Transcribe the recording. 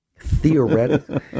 Theoretically